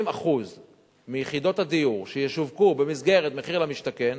20% מיחידות הדיור שישווקו במסגרת מחיר למשתכן